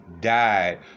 died